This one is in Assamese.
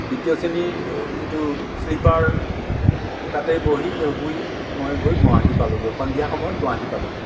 দ্ৱিতীয় শ্ৰেণীৰ যিটো শ্লীপাৰ তাতে বহি শুই মই গৈ গুৱাহাটী পালোঁগৈ সন্ধিয়া সময়ত গুৱাহাটী পালোঁগৈ